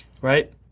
right